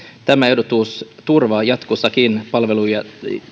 tämä ehdotus turvaa jatkossakin palvelujen